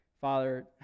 father